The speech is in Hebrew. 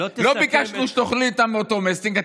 לא ביקשנו שתאכלו איתנו מאותו מסטינג.